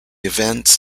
events